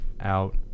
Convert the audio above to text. out